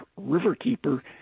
Riverkeeper